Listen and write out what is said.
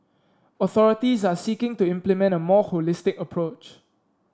authorities are seeking to implement a more holistic approach